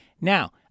Now